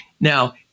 Now